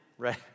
right